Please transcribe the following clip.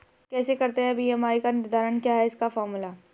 कैसे करते हैं बी.एम.आई का निर्धारण क्या है इसका फॉर्मूला?